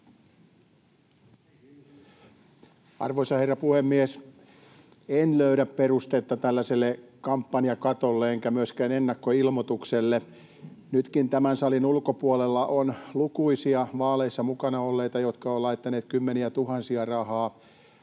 Arvoisa herra puhemies! En löydä perustetta tällaiselle kampanjakatolle enkä myöskään ennakkoilmoitukselle. Nytkin tämän salin ulkopuolella on lukuisia vaaleissa mukana olleita, jotka ovat laittaneet niihin kymmeniätuhansia rahaa.